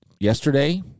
yesterday